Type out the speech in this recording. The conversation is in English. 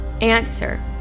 Answer